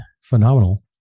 phenomenal